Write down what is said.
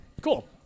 cool